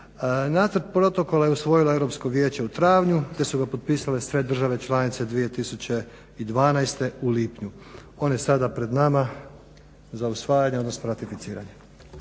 Nacrt protokola je usvojilo Europsko vijeće u travnju te su ga potpisale sve države članice 2012. u lipnju. On je sad pred nama za usvajanje, odnosno ratificiranje.